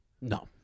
No